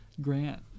grant